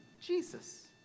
Jesus